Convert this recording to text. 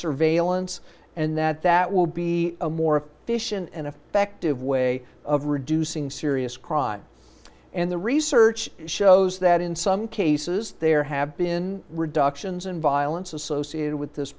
surveillance and that that would be a more efficient and effective way of reducing serious crime and the research shows that in some cases there have been reductions in violence associated with this